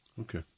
Okay